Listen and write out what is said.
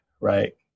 right